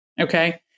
Okay